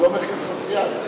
הוא לא מחיר סוציאלי.